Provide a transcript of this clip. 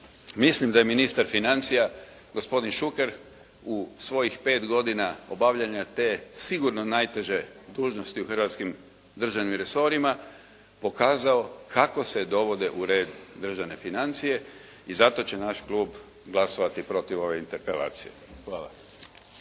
Mislim da je ministar financija gospodin Šuker u svojih 5 godina obavljanja te sigurno najteže dužnosti u hrvatskim državnim resorima pokazao kako se dovode u red državne financije i zato će naš klub glasovati protiv ove interpelacije. Hvala.